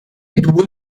due